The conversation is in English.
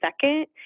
second